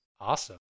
Awesome